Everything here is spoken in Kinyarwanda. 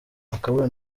akabura